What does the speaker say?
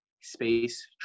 space